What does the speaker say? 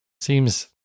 Seems